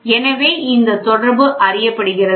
எனவே இந்த தொடர்பு அறியப்படுகிறது